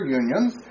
unions